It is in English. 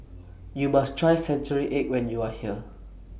YOU must Try Century Egg when YOU Are here